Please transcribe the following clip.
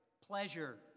pleasure